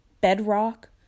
bedrock